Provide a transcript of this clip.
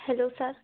hello sir